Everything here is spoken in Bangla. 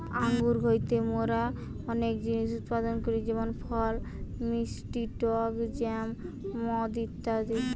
আঙ্গুর হইতে মোরা অনেক জিনিস উৎপাদন করি যেমন ফল, মিষ্টি টক জ্যাম, মদ ইত্যাদি